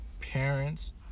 parents